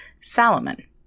Salomon